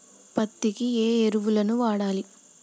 పత్తి కి ఏ ఎరువులు వాడాలి?